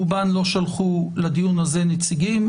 רובן לא שלחו לדיון הזה נציגים.